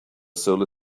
solar